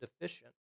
deficient